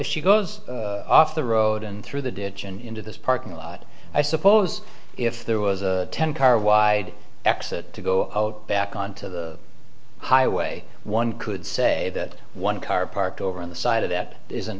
she goes off the road and through the ditch and into this parking lot i suppose if there was a ten car wide exit to go back on to the highway one could say that one car parked over on the side of that isn't